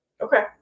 Okay